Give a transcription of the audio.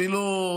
ואפילו,